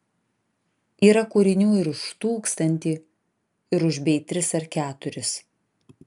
yra kūrinių ir už tūkstantį ir už bei tris ar keturis